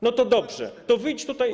No to dobrze, to wyjdź tutaj.